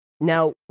Now